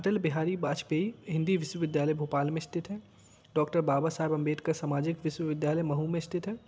अटल बिहारी बाजपेयी हिन्दी विश्वविद्यालय भोपाल में स्थित है डॉक्टर बाबा साहेब अंबेडकर समाजिक विश्वविद्यालय महू में स्थित है